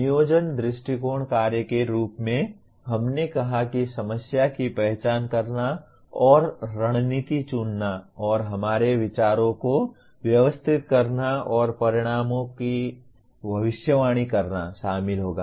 नियोजन दृष्टिकोण कार्य के रूप में हमने कहा कि समस्या की पहचान करना और रणनीति चुनना और हमारे विचारों को व्यवस्थित करना और परिणामों की भविष्यवाणी करना शामिल होगा